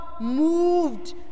moved